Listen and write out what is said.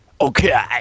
Okay